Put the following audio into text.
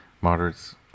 moderates